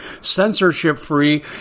censorship-free